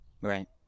right